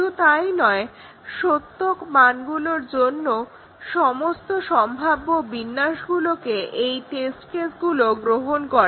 শুধু তাই নয় সত্য মানগুলোর সমস্ত সম্ভাব্য বিন্যাসগুলোকে এই টেস্ট কেসগুলো গ্রহণ করে